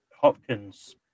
Hopkins